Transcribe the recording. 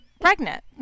pregnant